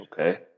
Okay